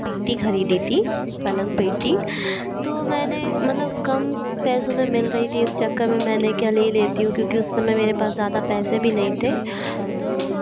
पेठी ख़रीदी ती पलंग पेठी तो मैंने मतलब कम पैसों में मिल रहि थी इस चक्कर में मैंने क्या ले लेती हूँ क्योंकि उस समय मेरे पास ज़्यादा पैसे भी नहीं थे तो